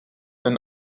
een